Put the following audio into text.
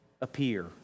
appear